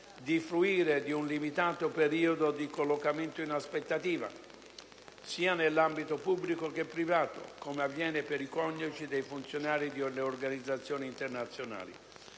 di fruire di un limitato periodo di collocamento in aspettativa, sia nell'ambito pubblico che privato, come avviene per i coniugi dei funzionari di organizzazioni internazionali.